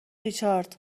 ریچارد